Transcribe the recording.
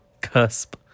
cusp